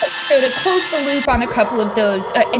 ah so to close the loop on a couple of those and